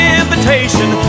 invitation